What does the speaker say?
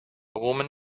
woman